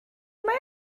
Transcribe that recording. mae